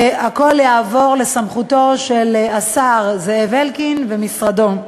הכול יעבור לסמכותם של השר זאב אלקין ומשרדו,